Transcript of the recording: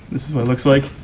this is what it looks like.